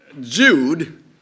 Jude